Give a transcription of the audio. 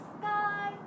sky